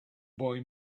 boy